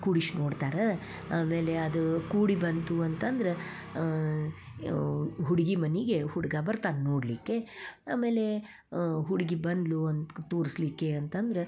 ಕೂಡಿಸಿ ನೋಡ್ತಾರೆ ಆಮೇಲೆ ಅದು ಕೂಡಿ ಬಂತು ಅಂತಂದ್ರೆ ಹುಡ್ಗಿ ಮನೆಗೆ ಹುಡುಗ ಬರ್ತಾನೆ ನೋಡಲಿಕ್ಕೆ ಆಮೇಲೆ ಹುಡುಗಿ ಬಂದ್ಳು ಅಂತ ತೋರಿಸ್ಲಿಕ್ಕೆ ಅಂತಂದ್ರೆ